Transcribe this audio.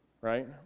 Right